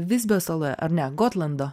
vizbio saloje ar ne gotlando